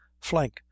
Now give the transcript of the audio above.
flank